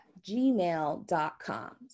gmail.com